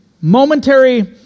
momentary